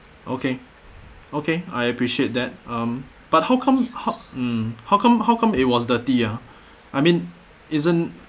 okay okay I appreciate that um but how come how um how come how come it was dirty ah I mean isn't